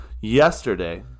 yesterday